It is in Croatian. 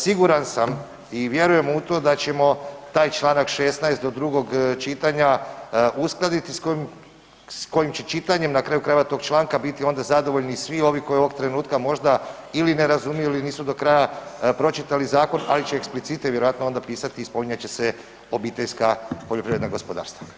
Siguran sam i vjerujem u to da ćemo taj Članak 16. do drugog čitanja uskladiti s kojim će čitanjem na kraju krajeva tog članka biti onda zadovoljni i svi ovi koji ovog trenutka možda ili ne razumiju ili nisu do kraja pročitali zakon, ali će eksplicite vjerojatno onda pisati i spominjat će se obiteljska poljoprivredna gospodarstva.